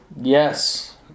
Yes